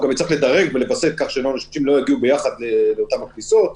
הוא גם יצטרך לדרג ולווסת כך שאנשים לא יגיעו ביחד לאותן הכניסות,